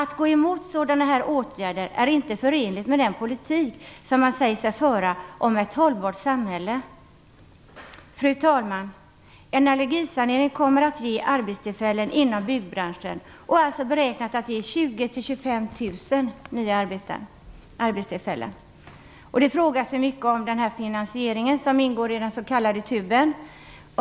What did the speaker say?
Att gå emot sådana åtgärder är inte förenligt med den politik man säger sig föra om ett hållbart samhälle. Fru talman! En allergisanering kommer att ge arbetstillfällen inom byggbranschen, beräknat till 20 000-25 000 nya arbetstillfällen. Det ställs många frågor angående den finansiering som ingår i den s.k. TUB:en.